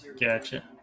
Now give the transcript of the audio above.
Gotcha